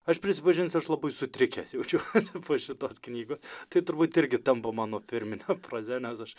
aš prisipažinsiu aš labai sutrikęs jaučiuosi po šitos knygos tai turbūt irgi tampa mano firmine fraze nes aš